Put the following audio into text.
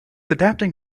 adapting